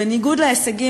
ובניגוד להישגים,